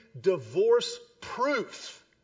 divorce-proof